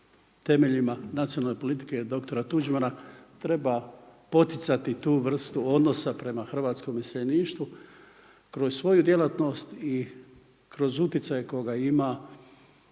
temeljima nacionalne politike dr. Tuđmana treba poticati tu vrstu odnosa prema hrvatskom iseljeništvu kroz svoju djelatnost i kroz utjecaj koga ima